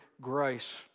grace